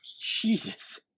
jesus